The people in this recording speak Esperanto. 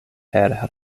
per